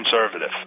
conservative